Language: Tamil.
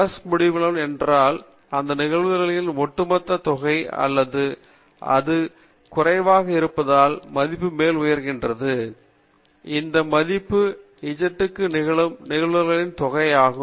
பிளஸ் முடிவிலா என்றால் இது நிகழ்தகவுகளின் ஒட்டுமொத்த தொகை அல்லது அது மதிப்புக்கு குறைவாக இருந்தால் மதிப்புக்கு மேல் இருந்தால் அந்த மதிப்பு z க்கு நிகழும் நிகழ்தகவுகளின் தொகை ஆகும்